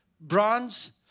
Bronze